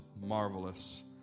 marvelous